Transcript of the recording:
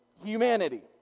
humanity